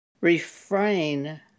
Refrain